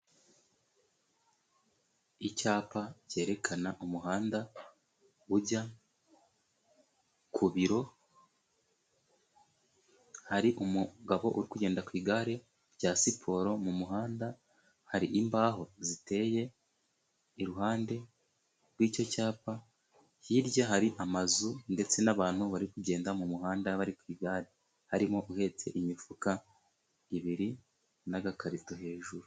Icyapa cyerekana umuhanda ujya ku biro, hari umugabo uri kugenda ku igare rya siporo mu muhanda, hari imbaho ziteye iruhande rw'icyo cyapa hirya hari amazu ndetse n'abantu bari kugenda mu muhanda, bari ku igare harimo uhetse imifuka ebyiri n'agakarito hejuru.